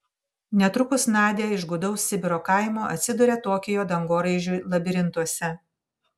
netrukus nadia iš gūdaus sibiro kaimo atsiduria tokijo dangoraižių labirintuose